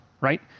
right